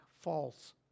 false